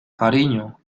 cariño